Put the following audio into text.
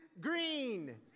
Green